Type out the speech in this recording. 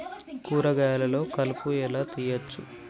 కూరగాయలలో కలుపు ఎలా తీయచ్చు?